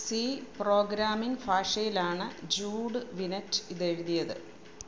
C programming ഭാഷയിലാണ് ജൂഡ് വിനറ്റ് ഇത് എഴുതിയത്